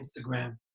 Instagram